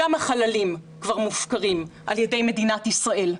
גם החללים כפר מופקרים על ידי מדינת ישראל.